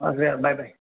okay bye bye